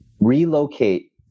relocate